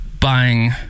buying